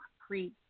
concrete